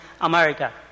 America